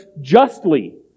justly